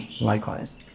likewise